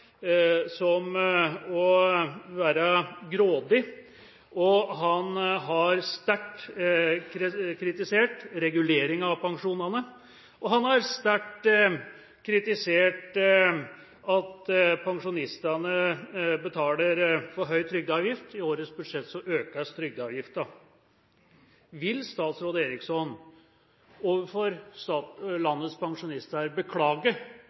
som grådig. Han har sterkt kritisert reguleringa av pensjonene, og han har sterkt kritisert at pensjonistene betaler for høy trygdeavgift. I årets budsjett økes trygdeavgifta. Vil statsråd Eriksson beklage overfor